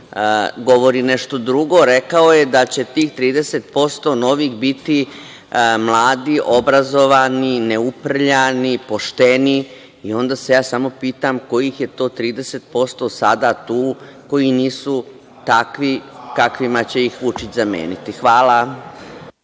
govori nešto drugo. Rekao je da će tih 30% novih biti mladi, obrazovani, neuprljani, pošteni. Onda se ja samo pitam kojih je to 30% sada tu koji nisu takvi kakvima će ih Vučić zameniti? Hvala.